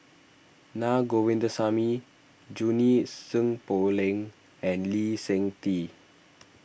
Na Govindasamy Junie Sng Poh Leng and Lee Seng Tee